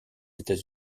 états